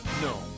No